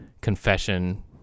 confession